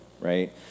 right